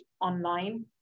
online